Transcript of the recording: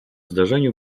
zdarzeniu